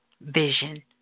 vision